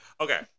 Okay